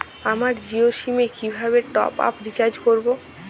আমার জিও সিম এ কিভাবে টপ আপ রিচার্জ করবো?